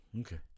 Okay